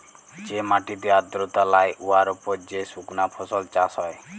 যে মাটিতে আর্দ্রতা লাই উয়ার উপর যে সুকনা ফসল চাষ হ্যয়